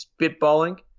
spitballing